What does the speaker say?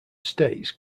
states